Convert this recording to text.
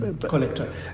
collector